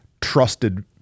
trusted